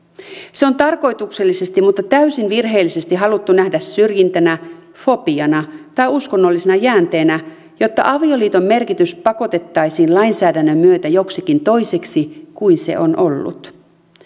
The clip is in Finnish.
se on tarkoituksellisesti mutta täysin virheellisesti haluttu nähdä syrjintänä fobiana tai uskonnollisena jäänteenä jotta avioliiton merkitys pakotettaisiin lainsäädännön myötä joksikin toiseksi kuin se on ollut